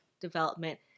development